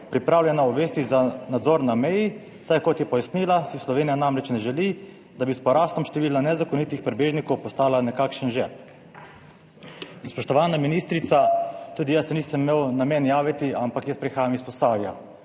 pripravljena uvesti nadzor na meji, saj, kot je pojasnila, si Slovenija namreč ne želi, da bi s porastom števila nezakonitih pribežnikov postala nekakšen žep. In spoštovana ministrica, tudi jaz se nisem imel namen javiti, ampak jaz prihajam iz Posavja